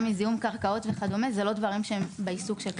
מזיהום קרקעות וכו' זה לא דברים שהם בעיסוק.